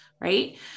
right